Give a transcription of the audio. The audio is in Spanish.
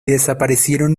desaparecieron